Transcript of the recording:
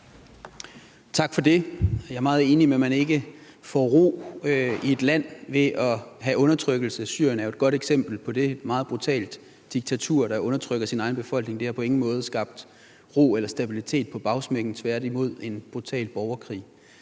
Tak for det. Jeg er meget enig i, at man ikke får ro i et land ved hjælp af undertrykkelse. Syrien er jo et godt eksempel på et meget brutalt diktatur, der undertrykker sin egen befolkning. Det har på ingen måde skabt ro eller stabilitet på bagsmækken, tværtimod en brutal borgerkrig.